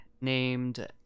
named